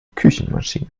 küchenmaschine